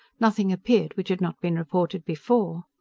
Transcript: nothing appeared which had not been reported before.